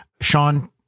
Sean